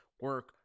Work